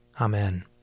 Amen